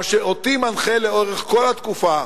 מה שאותי מנחה לאורך כל התקופה,